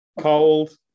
cold